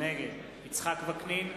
נגד יצחק וקנין,